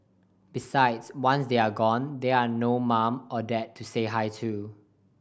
besides once they are gone there're no mum or dad to say hi to